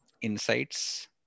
insights